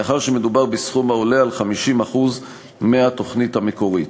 מאחר שמדובר בסכום העולה על 50% מסכום התוכנית המקורית.